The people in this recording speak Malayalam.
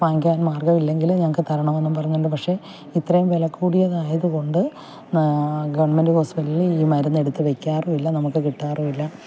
വാങ്ങിക്കാൻ മാർഗ്ഗമില്ലെങ്കിൽ ഞങ്ങൾക്ക് തരണമെന്നുപറഞ്ഞുകൊണ്ട് പക്ഷേ ഇത്രയും വിലകുടിയതായതുകൊണ്ട് ഗവൺമെൻറ്റ് ഹോസ്പിറ്റലിൽ ഈ മരുന്ന് എടുത്തുവെയ്ക്കാറുമില്ല നമുക്ക് കിട്ടാറും ഇല്ല